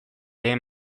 behe